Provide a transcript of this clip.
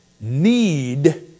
need